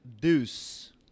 Deuce